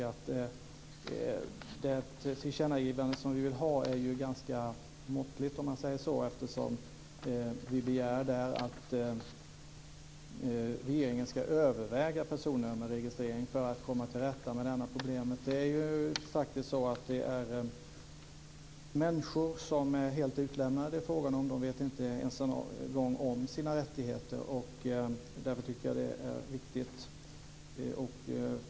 Det tillkännagivande som vi vill ha är ganska måttligt utformat, eftersom vi där begär att regeringen ska överväga personnummerregistrering för att komma till rätta med det här problemet. Det är fråga om människor som är helt utlämnade. De känner inte ens till sina rättigheter. Därför tycker jag att detta är viktigt.